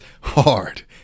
hard